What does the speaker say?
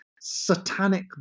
satanic